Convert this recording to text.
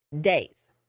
days